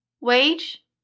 wage